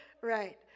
Right